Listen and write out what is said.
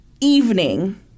evening